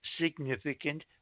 significant